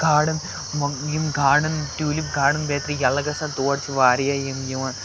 گاڈَن یِم garden tulip garden بیترِ یَلہٕ گَژھا تور چھِ واریاہ یِم یِوان